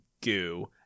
goo